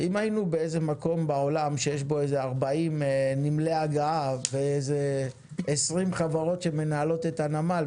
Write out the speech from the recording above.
אם היינו במקום בעולם שיש בו 40 נמלי הגעה ו-20 חברות שמנהלות את הנמל,